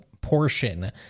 portion